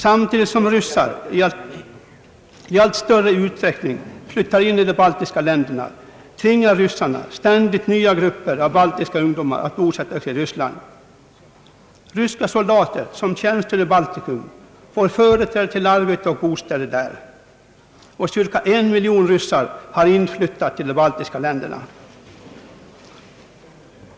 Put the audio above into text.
Samtidigt som ryssar i allt större utsträckning flyttar in i de baltiska länderna tvingar ryssarna ständigt nya grupper av baltiska ungdomar att bosätta sig i Ryssland. Ryska soldater som tjänstgör i Balticum får företräde till arbete och bostäder där, och cirka en miljon ryssar har inflyttat till de baltiska länderna.